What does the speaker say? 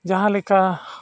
ᱡᱟᱦᱟᱸ ᱞᱮᱠᱟ